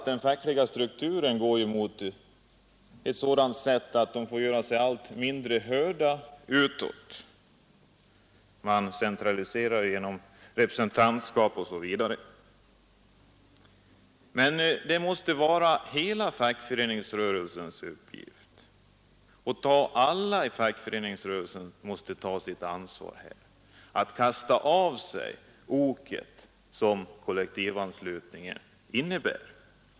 Den fackliga strukturen medför emellertid att medlemmarna i allt mindre utsträckning får göra sig hörda utåt — man centraliserar genom representatskap osv. Det måste vara hela fackföreningsrörelsens uppgift och alla i fackföreningsrörelsen måste ta på sitt ansvar att kasta av sig det ok som kollektivanslutningen innebär.